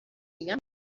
میگن